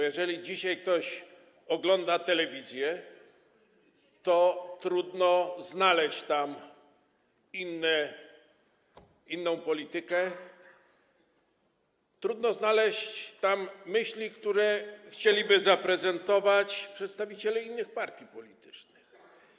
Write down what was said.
Jeżeli dzisiaj ktoś ogląda telewizję, to wie, że trudno znaleźć tam inną politykę, trudno znaleźć tam myśli, które chcieliby zaprezentować przedstawiciele innych partii politycznych.